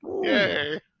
Yay